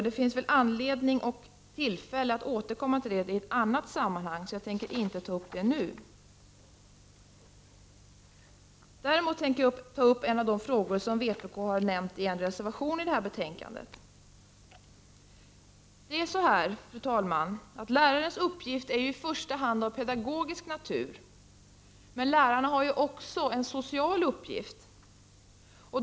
Men det finns kanske både anledning och tillfälle att återkomma till detta i ett annat sammanhang. Därför tänker jag inte ta upp den frågan nu. Däremot tänker jag ta upp en annan fråga som vpk berör i en reservation i detta betänkande. Fru talman! Lärarnas uppgift är ju i första hand av pedagogisk natur. Men lärarna har också en social uppgift.